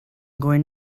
going